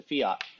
fiat